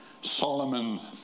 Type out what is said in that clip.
Solomon